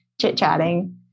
chit-chatting